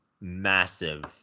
massive